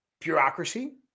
bureaucracy